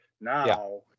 now